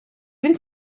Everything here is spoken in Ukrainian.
він